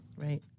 Right